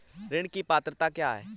ऋण की पात्रता क्या है?